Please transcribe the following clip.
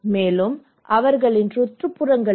மேலும் அவர்களின் சுற்றுப்புறங்களும்